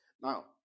Now